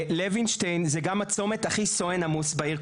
לווינשטיין זה גם הצומת הכי סואן עמוס בעיר,